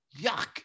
Yuck